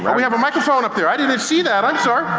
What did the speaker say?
we have a microphone up there, i didn't see that i'm sorry.